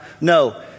No